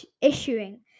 issuing